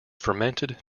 fermented